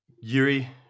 Yuri